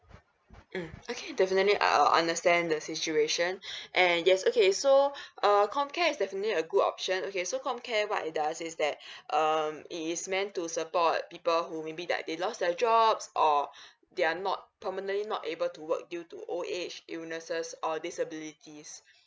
mm okay definitely I uh understand the situation and yes okay so err comcare is definitely a good option okay so comcare what it does is that um it is meant to support people who maybe that they lost their jobs or they are not permanently not able to work due to old age illnesses or disabilities